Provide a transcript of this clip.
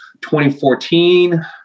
2014